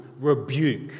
rebuke